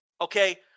Okay